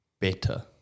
better